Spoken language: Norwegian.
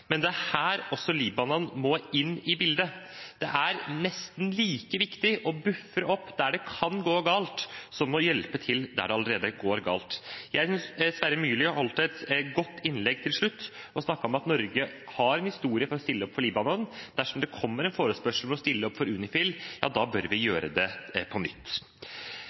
men det er her også Libanon må inn i bildet. Det er nesten like viktig å bufre opp der det kan gå galt, som å hjelpe til der det allerede går galt. Jeg synes Sverre Myrli holdt et godt innlegg nå til slutt. Han snakket om at Norge har historie for å stille opp for Libanon, og at dersom det kommer en forespørsel om å stille opp for UNIFIL, bør vi gjøre det på nytt.